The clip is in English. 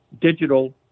digital